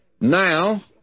Now